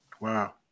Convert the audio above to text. Wow